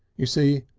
you see,